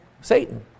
Satan